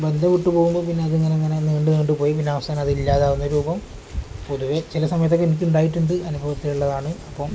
ബന്ധം വിട്ടു പോകുമ്പം പിന്നെ അതിങ്ങനെ ഇങ്ങനെ നീണ്ട് നീണ്ട് പോയി പിന്നെ അവസാനം അത് ഇല്ലാതാവുന്ന രൂപം പൊതുവെ ചില സമയത്തൊക്കെ എനിക്ക് ഉണ്ടായിട്ടുണ്ട് അനുഭവം ഉള്ളതാണ് അപ്പം